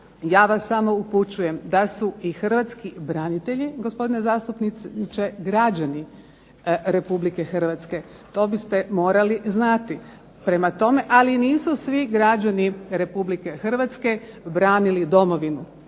ja vas samo upućujem da su i Hrvatski branitelji gospodine zastupniče građani Republike Hrvatske, to biste morali znati, ali nisu svi građani Republike Hrvatske branili domovinu